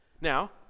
Now